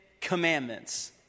commandments